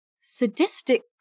sadistic